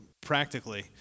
practically